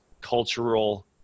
cultural